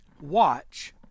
watch